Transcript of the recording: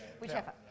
whichever